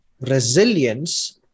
resilience